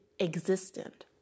existent